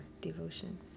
devotion